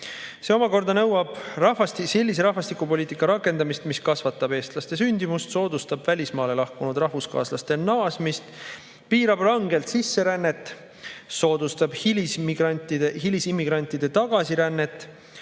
See omakorda nõuab sellise rahvastikupoliitika rakendamist, mis kasvatab eestlaste sündimust, soodustab välismaale lahkunud rahvuskaaslaste naasmist, piirab rangelt sisserännet, soodustab hilisimmigrantide tagasirännet